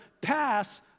pass